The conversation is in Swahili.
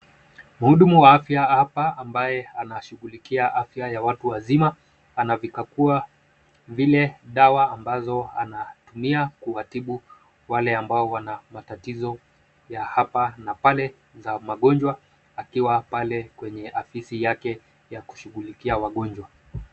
Mhudumu wa afya hapa ambaye anashughulikia afya ya watu wazima. Anavikagua zile dawa ambazo anatumia kuwatibu wale ambao wana matatizo ya hapa na pale za magonjwa, akiwa pale kwenye ofisi yake ya kushughulikia wagonjwa.